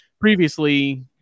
previously